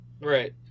Right